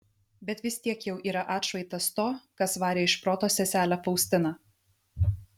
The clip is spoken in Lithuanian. bet vis tiek jau yra atšvaitas to kas varė iš proto seselę faustiną